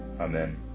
Amen